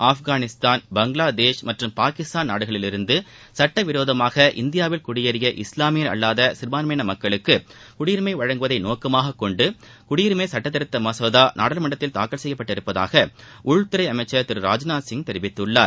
ஆப்கானிஸ்தான் பங்களாதேஷ் மற்றும் பாகிஸ்தான் நாடுகளிலிருந்து சட்டவிரோதமாக இந்தியாவில் குடியேறிய இஸ்லாமியர் அல்லாத சிறுபான்மையின மக்களுக்கு குடியுரிமை வழங்குவதை நோக்கமாக கொண்டு நாடாளுமன்றத்தில் குடியுரிமை சட்டதிருத்த மசோதா தாக்கல் செய்யப்பட்டுள்ளதாக உள்துறை அமைச்சர் திரு ராஜ்நாத்சிங் தெரிவித்துள்ளார்